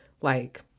like-